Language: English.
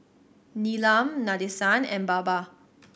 Neelam Nadesan and Baba